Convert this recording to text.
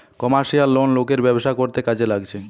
commercial loan লোকের ব্যবসা করতে কাজে লাগছে